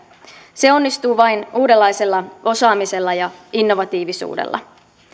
se onnistuu vain uudenlaisella osaamisella ja innovatiivisuudella